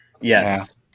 Yes